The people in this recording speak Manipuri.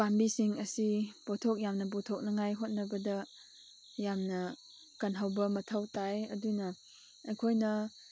ꯄꯥꯝꯕꯤꯁꯤꯡ ꯑꯁꯤ ꯄꯣꯠꯊꯣꯛ ꯌꯥꯝꯅ ꯄꯨꯊꯣꯛꯅꯉꯥꯏ ꯍꯣꯠꯅꯕꯗ ꯌꯥꯝꯅ ꯀꯜꯍꯧꯕ ꯃꯊꯧ ꯇꯥꯏ ꯑꯗꯨꯅ ꯑꯩꯈꯣꯏꯅ